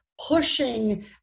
pushing